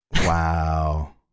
Wow